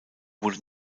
wurde